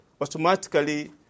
automatically